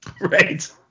right